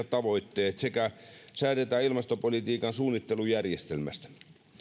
tavoitteet sekä säädetään ilmastopolitiikan suunnittelujärjestelmästä